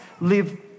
live